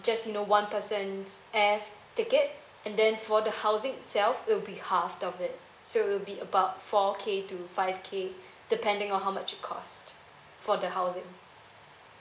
just you know one person's air f~ ticket and then for the housing itself it will be half of it so it will be about four K to five K depending on how much it cost for the housing